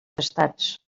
estats